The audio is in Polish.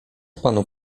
panu